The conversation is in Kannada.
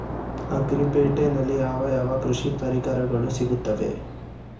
ಅಗ್ರಿ ಪೇಟೆನಲ್ಲಿ ಯಾವ ಯಾವ ಕೃಷಿ ಪರಿಕರಗಳು ಸಿಗುತ್ತವೆ?